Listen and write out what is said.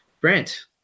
Brent